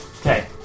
Okay